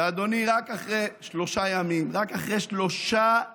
ואדוני, רק אחרי שלושה ימים, רק אחרי שלושה ימים,